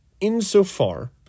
insofar